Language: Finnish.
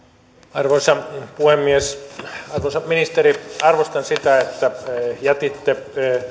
arvoisa puhemies arvoisa ministeri arvostan sitä että jätitte